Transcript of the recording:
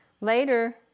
Later